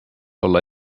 olla